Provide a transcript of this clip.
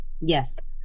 Yes